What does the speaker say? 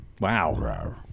Wow